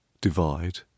divide